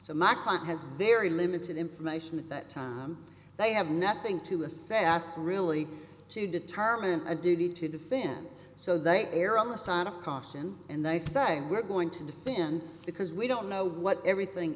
so my client has very limited information at that time they have nothing to assassin really to determine a duty to the fans so they err on the side of caution and they say we're going to thin because we don't know what everything